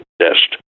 test